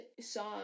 song